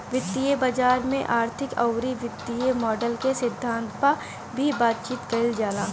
वित्तीय बाजार में आर्थिक अउरी वित्तीय मॉडल के सिद्धांत पअ भी बातचीत कईल जाला